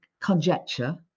conjecture